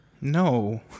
No